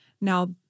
Now